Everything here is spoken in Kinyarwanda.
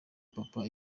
papa